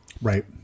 Right